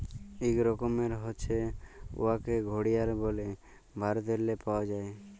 ইক রকমের হছে উয়াকে ঘড়িয়াল ব্যলে ভারতেল্লে পাউয়া যায়